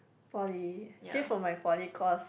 poly actually from my poly course